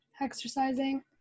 exercising